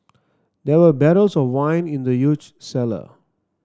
there were barrels of wine in the huge cellar